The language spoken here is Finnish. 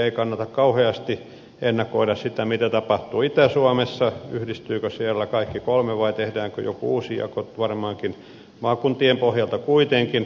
ei kannata kauheasti ennakoida mitä tapahtuu itä suomessa yhdistyvätkö siellä kaikki kolme vai tehdäänkö joku uusi jako varmaankin maakuntien pohjalta kuitenkin